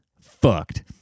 fucked